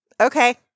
Okay